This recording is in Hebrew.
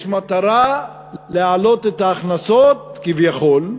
יש מטרה להעלות את ההכנסות כביכול.